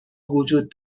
وجود